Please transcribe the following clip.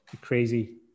crazy